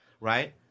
right